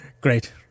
Great